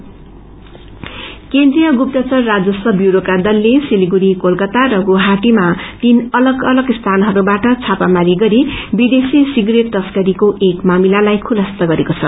सिज केन्द्रिय गुप्तचर राजस्व व्यूरोका दलले सिलगड़ी कोलकाता र गुवाहाटीमा तीन अलग अलग स्थानहरूमा छापामारी विदेशी सिगरेट तश्करीका एक मामिलालाई खुलस्त गरेको छ